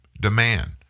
demand